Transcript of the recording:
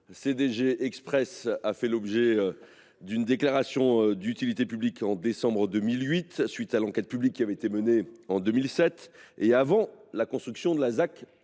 Express a fait l’objet d’une déclaration d’utilité publique en décembre 2008, à la suite de l’enquête publique menée en 2007, et avant la construction de la ZAC